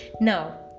Now